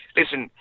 listen